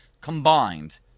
combined